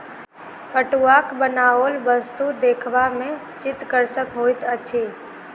पटुआक बनाओल वस्तु देखबा मे चित्तकर्षक होइत अछि